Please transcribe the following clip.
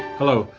hello,